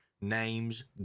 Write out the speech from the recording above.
Names